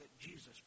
Jesus